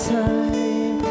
time